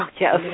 Yes